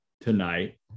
tonight